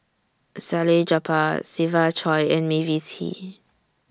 Salleh Japar Siva Choy and Mavis Hee